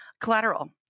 Collateral